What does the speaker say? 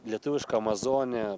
lietuviška amazonė